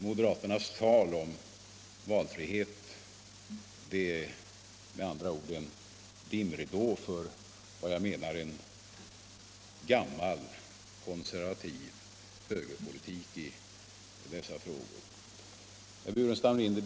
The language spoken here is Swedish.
Moderaternas tal om valfrihet är med andra ord bara en dimridå för vad jag menar är gammal, konservativ högerpolitik i dessa frågor.